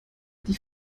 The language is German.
die